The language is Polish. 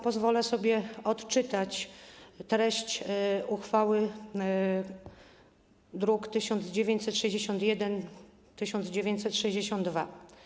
Pozwolę sobie odczytać treść uchwały, druki nr 1961 i 1962.